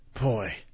Boy